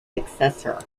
successor